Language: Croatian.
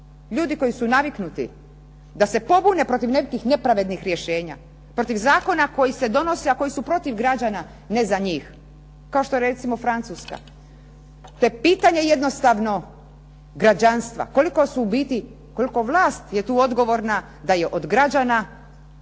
Ljudi koji su naviknuti da se pobune protiv nekih nepravednih rješenja, protiv zakona koji se donose, a koji su protiv građana ne za njih, kao što je recimo Francuska. To je pitanje jednostavno građanstva, koliko su u biti, koliko vlast je tu odgovorna da je od građana